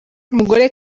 umugore